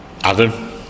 Adam